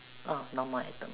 orh no more atom